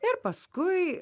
ir paskui